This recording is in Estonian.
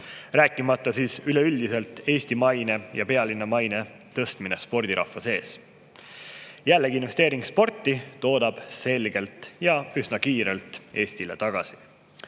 Rääkimata üleüldisest Eesti maine ja pealinna maine tõstmisest spordirahva seas. Jällegi, investeering sporti toob selgelt ja üsna kiirelt Eestile tagasi.